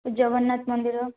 ଜଗନ୍ନାଥ ମନ୍ଦିର